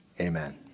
amen